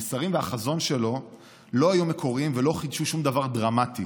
המסרים והחזון שלו לא היו מקוריים ולא חידשו שום דבר דרמטי